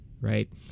right